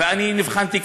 ואני נבחנתי,